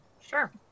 Sure